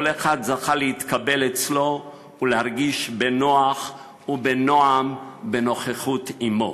כל אחד זכה להתקבל אצלו ולהרגיש בנוח ובנועם בנוכחות עמו.